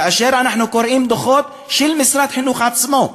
כאשר אנחנו קוראים דוחות של משרד החינוך עצמו,